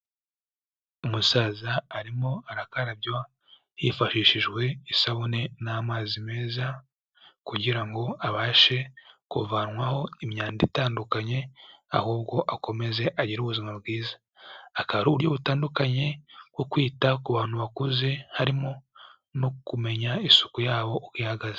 Umusaza arimo arakarabywa hifashishijwe isabune n'amazi meza kugira ngo abashe kuvanwaho imyanda itandukanye ahubwo akomeze agire ubuzima bwiza, akaba ari uburyo butandukanye bwo kwita ku bantu bakuze harimo no kumenya isuku yabo uko ihagaze.